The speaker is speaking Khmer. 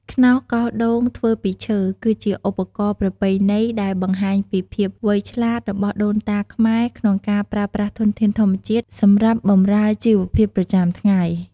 ខ្នោសកោសដូងធ្វើពីឈើ គឺជាឧបករណ៍ប្រពៃណីដែលបង្ហាញពីភាពវៃឆ្លាតរបស់ដូនតាខ្មែរក្នុងការប្រើប្រាស់ធនធានធម្មជាតិសម្រាប់បម្រើជីវភាពប្រចាំថ្ងៃ។